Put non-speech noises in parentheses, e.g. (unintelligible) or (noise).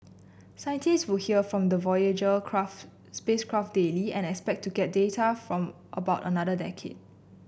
scientists still hear from the Voyager (unintelligible) spacecraft daily and expect to get data for about another decade